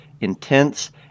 intense